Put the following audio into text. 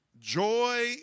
joy